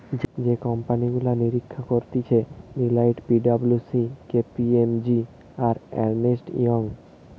যে কোম্পানি গুলা নিরীক্ষা করতিছে Deloitte, P W C, K P M G, আর আর্নেস্ট ইয়ং